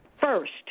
first